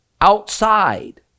outside